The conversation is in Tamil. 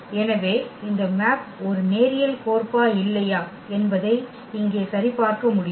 எனவே இந்த மேப் ஒரு நேரியல் கோர்பா இல்லையா என்பதை இங்கே சரிபார்க்க முடியும்